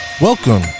Welcome